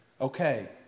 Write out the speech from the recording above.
Okay